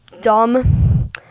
dumb